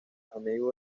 amigo